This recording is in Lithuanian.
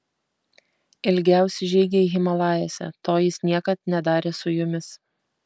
ilgiausi žygiai himalajuose to jis niekad nedarė su jumis